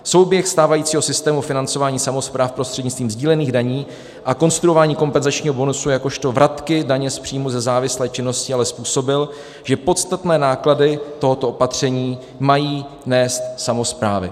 Souběh stávajícího systému financování samospráv prostřednictvím sdílených daní a konstruování kompenzačního bonusu jakožto vratky daně z příjmů ze závislé činnosti ale způsobil, že podstatné náklady tohoto opatření mají nést samosprávy.